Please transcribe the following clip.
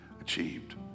achieved